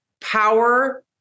power